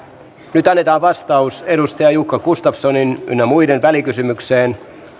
nyt annetaan vastaus edustaja jukka gustafssonin ynnä muiden välikysymykseen